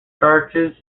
starches